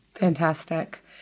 fantastic